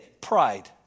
Pride